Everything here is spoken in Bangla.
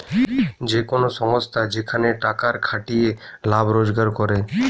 যে কোন সংস্থা যেখানে টাকার খাটিয়ে লাভ রোজগার করে